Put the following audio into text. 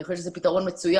ואני חושבת שזה פתרון מצוין.